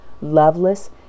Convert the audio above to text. loveless